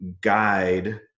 guide